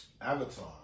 Avatar